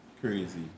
crazy